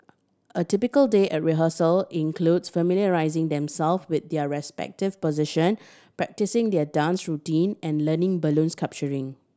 a typical day at rehearsal includes familiarising themselves with their respective position practising their dance routine and learning balloon